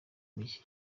mujyi